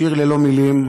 שיר ללא מילים,